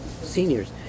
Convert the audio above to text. seniors